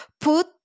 put